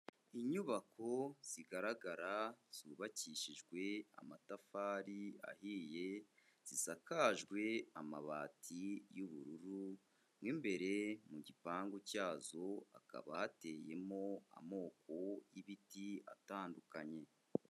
Inyubako zigaragara zubakishijwe amatafari ahiye, zisakajwe amabati y'ubururu, mo imbere mu gipangu cyazo hakaba hateyemo amoko y'ibiti atandukanye.